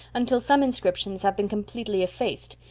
until some inscriptions have been completely effaced,